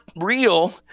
real